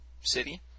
City